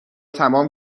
تمام